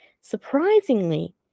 Surprisingly